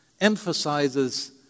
emphasizes